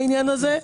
בעניין הזה.